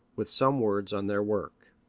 with some words on their work.